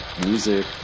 music